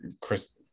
Chris –